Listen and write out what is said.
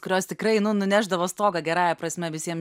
kurios tikrai nu nunešdavo stogą gerąja prasme visiem